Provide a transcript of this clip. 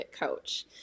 coach